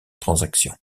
transaction